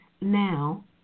now